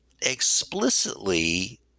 explicitly